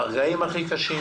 ברגעים הכי קשים